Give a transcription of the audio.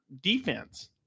defense